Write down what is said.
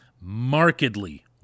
markedly